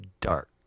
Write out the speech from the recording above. dark